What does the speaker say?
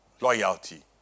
loyalty